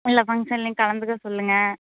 எல்லா ஃபங்சன்லேயும் கலந்துக்க சொல்லுங்கள்